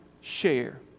share